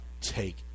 take